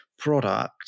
product